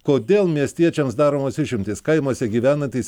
kodėl miestiečiams daromos išimtys kaimuose gyvenantys